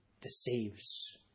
deceives